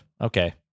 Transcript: okay